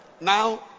now